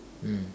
mm